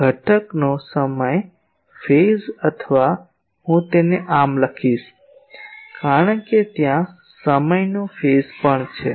અને આ Ex ઘટકનો સમય ફેઝ અથવા હું તેને આમ લખીશ કારણ કે ત્યાં સમયનો ફેઝ પણ છે